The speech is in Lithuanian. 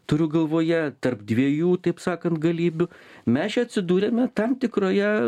turiu galvoje tarp dviejų taip sakant galybių mes čia atsidūrėme tam tikroje